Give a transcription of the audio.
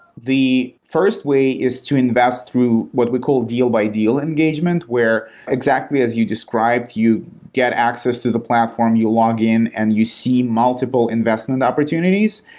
the first way is to invest through what we call deal-by-deal engagement, where exactly as you described, you get access to the platform, you login and you see multiple investment opportunities,